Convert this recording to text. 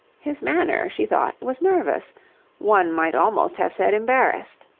his manner, she thought, was nervous one might almost have said embarrassed.